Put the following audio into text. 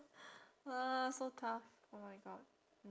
ugh so tough oh my god